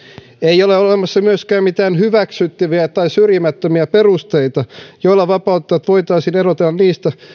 ei ole olemassa myöskään mitään hyväksyttäviä tai syrjimättömiä perusteita joilla vapautetut voitaisiin erotella niistä